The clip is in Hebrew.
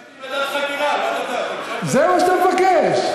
ביקשתי ועדת חקירה, זה מה שאתה מבקש.